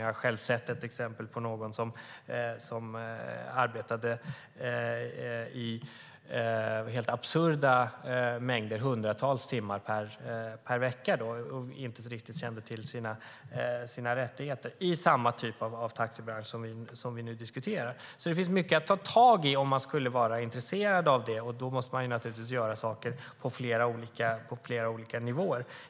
Jag har själv sett ett exempel på någon som arbetade hundratals timmar per vecka i samma typ av taxibransch som vi nu diskuterar och som inte riktigt kände till sina rättigheter. Det finns därför mycket att ta tag i om man skulle vara intresserad av det. Då måste man naturligtvis göra saker på flera olika nivåer.